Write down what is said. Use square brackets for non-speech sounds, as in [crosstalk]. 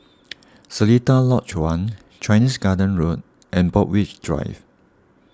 [noise] Seletar Lodge one Chinese Garden Road and Borthwick Drive